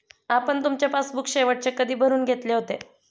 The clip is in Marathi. आपण तुमचे पासबुक शेवटचे कधी भरून घेतले होते?